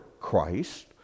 Christ